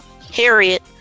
harriet